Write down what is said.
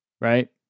right